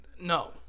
no